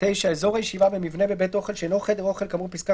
(9) אזור הישיבה במבנה בבית אוכל שאינו חדר אוכל כאמור בפסקה